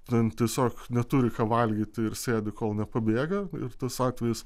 ten tiesiog neturi ką valgyti ir sėdi kol nepabėga ir tas atvejis